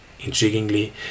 Intriguingly